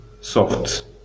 soft